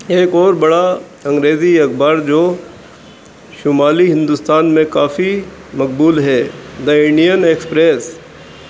ایک اور بڑا انگریزی اخبار جو شمالی ہندوستان میں کافی مقبول ہے دا انڈین ایکسپریس